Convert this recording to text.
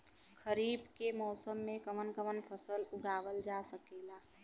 खरीफ के मौसम मे कवन कवन फसल उगावल जा सकेला?